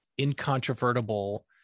incontrovertible